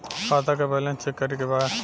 खाता का balance check करे के बा?